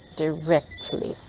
directly